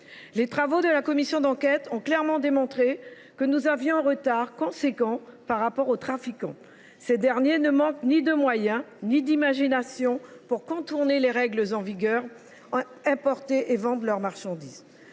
Les travaux de la commission d’enquête ont clairement démontré que nous accusions un retard considérable par rapport aux trafiquants. Ces derniers ne manquent ni de moyens ni d’imagination pour contourner les règles en vigueur et importer et vendre leur marchandise.